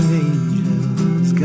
angels